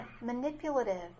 manipulative